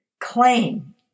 claim